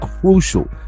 crucial